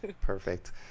perfect